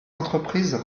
entreprises